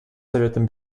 советом